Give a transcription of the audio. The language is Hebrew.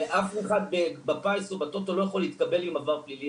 ואף אחד בטוטו או בפיס לא יכול להתקבל עם עבר פלילי.